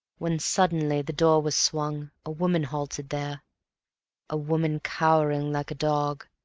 when suddenly the door was swung, a woman halted there a woman cowering like a dog,